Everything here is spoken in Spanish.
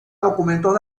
documentos